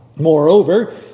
Moreover